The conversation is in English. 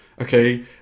Okay